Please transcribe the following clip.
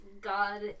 God